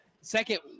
second